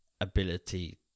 ability